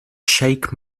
shake